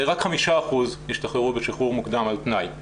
רק 5% ישתחררו בשחרור מוקדם על תנאי,